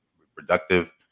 reproductive